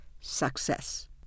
success